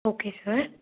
okay sir